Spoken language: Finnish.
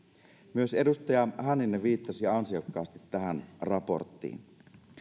myös edustaja hänninen viittasi ansiokkaasti tähän raporttiin